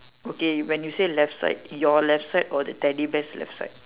okay when you say left side your left side or the teddy bear's left side